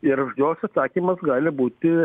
ir jos atsakymas gali būti